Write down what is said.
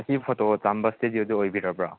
ꯑꯁꯤ ꯐꯣꯇꯣ ꯆꯥꯝꯕ ꯁ꯭ꯇꯨꯗꯤꯌꯣꯗꯨ ꯑꯣꯏꯕꯤꯔꯕ꯭ꯔꯥ